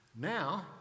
Now